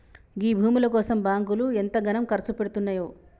గీ భూముల కోసం బాంకులు ఎంతగనం కర్సుపెడ్తున్నయో